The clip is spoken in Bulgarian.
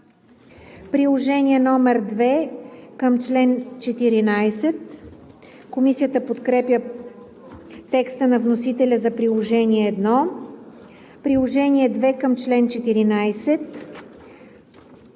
Приложение № 2 към чл. 14.